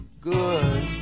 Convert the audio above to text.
good